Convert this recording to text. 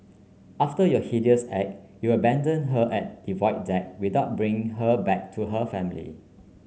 after your heinous act you abandoned her at the Void Deck without bringing her back to her family